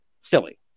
silly